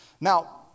Now